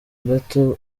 gato